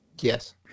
Yes